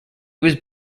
was